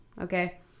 okay